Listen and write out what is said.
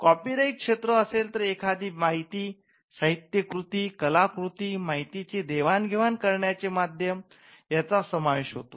copyright क्षेत्र असेल तर एखादी माहिती साहित्यिक कृती कलाकृती माहितीची देवाणघेवाण करण्याचे माध्यम यांचा समावेश होत असतो